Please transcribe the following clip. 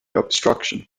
obstruction